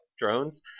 drones